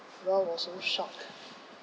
we all were so shock